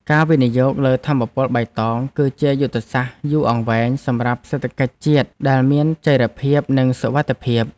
ការវិនិយោគលើថាមពលបៃតង គឺជាយុទ្ធសាស្ត្រយូរអង្វែងសម្រាប់សេដ្ឋកិច្ចជាតិដែលមានចីរភាពនិងសុវត្ថិភាព។